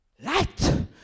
Light